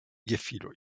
gefiloj